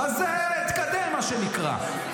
אז תתקדם, מה שנקרא.